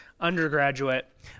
undergraduate